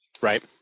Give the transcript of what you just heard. Right